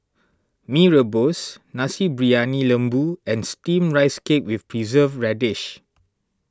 Mee Rebus Nasi Briyani Lembu and Steamed Rice Cake with Preserved Radish